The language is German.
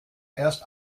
erst